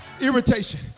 Irritation